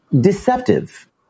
deceptive